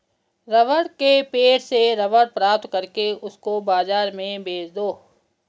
rubber के पेड़ से रबर प्राप्त करके उसको बाजार में बेच दो